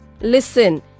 listen